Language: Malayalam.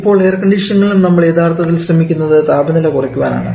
ഇപ്പോൾ എയർ കണ്ടീഷനിങ്ലും നമ്മൾ യഥാർത്ഥത്തിൽ ശ്രമിക്കുന്നത് താപനില കുറയ്ക്കാൻ ആണ്